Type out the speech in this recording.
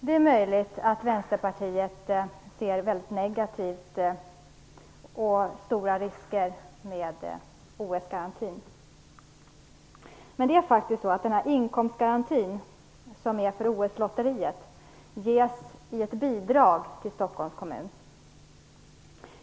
Det är möjligt att Vänsterpartiet ser negativt på detta och ser stora risker med OS-garantin. Men inkomstgarantin för OS-lotteriet ges i ett bidrag till Stockholms kommun.